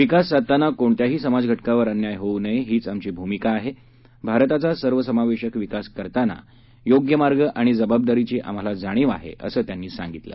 विकास साधताना कोणत्याही समाजघटकावर अन्याय होऊ नये हीच आमची भूमिका आहे भारताचा सर्वसमावेशक विकास करताना योग्य मार्ग आणि जबाबदारीची आम्हाला जाणीव आहे असंही ते म्हणाले